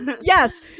Yes